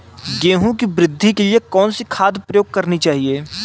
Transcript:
गेहूँ की वृद्धि के लिए कौनसी खाद प्रयोग करनी चाहिए?